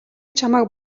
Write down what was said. чамайг